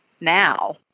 now